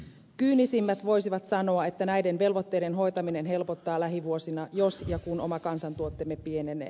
kyynisimmät voisivat sanoa että näiden velvoitteiden hoitaminen helpottaa lähivuosina jos ja kun oma kansantuotteemme pienenee